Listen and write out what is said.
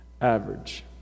average